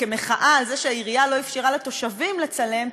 כמחאה על זה שהעירייה לא אפשרה לתושבים לצלם,